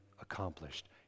accomplished